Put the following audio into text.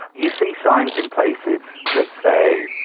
you see signs in places that say,